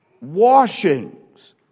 washings